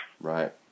Right